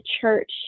church